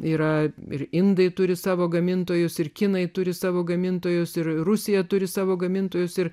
yra ir indai turi savo gamintojus ir kinai turi savo gamintojus ir rusija turi savo gamintojus ir